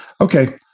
okay